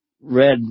read